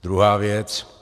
Druhá věc.